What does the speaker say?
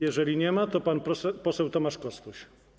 Jeżeli nie ma, to pan poseł Tomasz Kostuś.